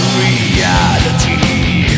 reality